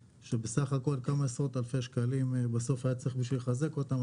בסך הכול כמה עשרות אלפי שקלים בסוף שהיה צריך בשביל לחזק אותם.